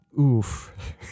Oof